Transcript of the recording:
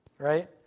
right